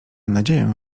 nadzieję